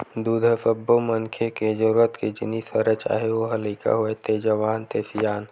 दूद ह सब्बो मनखे के जरूरत के जिनिस हरय चाहे ओ ह लइका होवय ते जवान ते सियान